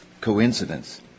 coincidence